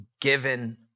given